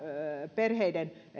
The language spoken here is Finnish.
perheiden